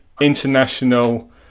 International